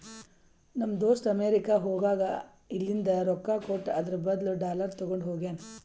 ನಮ್ ದೋಸ್ತ ಅಮೆರಿಕಾ ಹೋಗಾಗ್ ಇಲ್ಲಿಂದ್ ರೊಕ್ಕಾ ಕೊಟ್ಟು ಅದುರ್ ಬದ್ಲು ಡಾಲರ್ ತಗೊಂಡ್ ಹೋಗ್ಯಾನ್